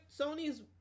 Sony's